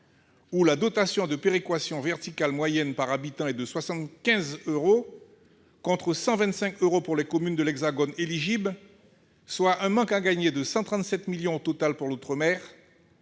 où la dotation de péréquation verticale moyenne par habitant est de 75 euros, contre 125 euros pour les communes de l'Hexagone qui y sont éligibles, soit un manque à gagner de 137 millions d'euros au total pour l'outre-mer-